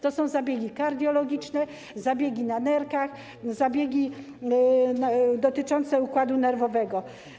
To są zabiegi kardiologiczne, zabiegi na nerkach, zabiegi dotyczące układu nerwowego.